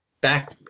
back